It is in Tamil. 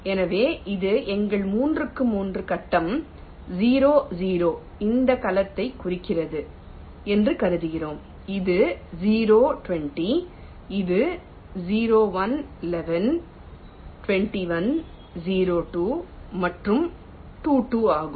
எனவே இது எங்கள் மூன்றுக்கு மூன்று கட்டம் 0 0 இந்த கலத்தைக் குறிக்கிறது என்று கருதுகிறோம் இது 10 20 இது 01 11 21 02 மற்றும் 22 ஆகும்